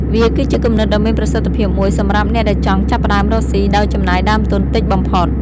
វាគឺជាគំនិតដ៏មានប្រសិទ្ធភាពមួយសម្រាប់អ្នកដែលចង់ចាប់ផ្តើមរកស៊ីដោយចំណាយដើមទុនតិចបំផុត។